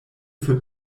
für